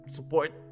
Support